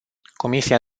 comisia